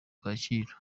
kacyiru